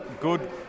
Good